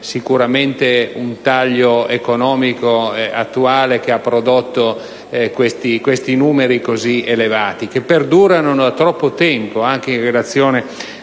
un recente taglio economico ad aver prodotto questi numeri così elevati, che perdurano da troppo tempo, anche in relazione